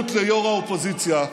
שירות ליו"ר האופוזיציה,